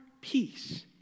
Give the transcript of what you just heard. peace